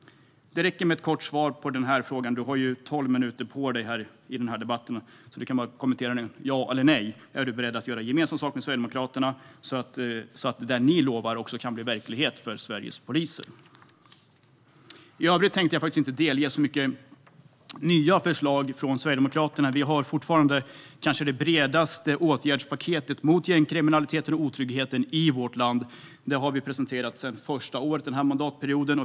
Det räcker med ett kort svar på frågan. Du har tolv minuter på dig i debatten, så du hinner. Ja eller nej? Är du beredd att göra gemensam sak med Sverigedemokraterna, så att det ni lovar kan bli verklighet för Sveriges poliser? I övrigt tänkte jag faktiskt inte delge så mycket nya förslag från Sverigedemokraterna. Vi har fortfarande kanske det bredaste åtgärdspaketet mot gängkriminaliteten och otryggheten i vårt land. Det har vi presenterat sedan första året den här mandatperioden.